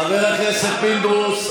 חבר הכנסת פינדרוס,